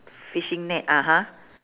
fishing net (uh huh)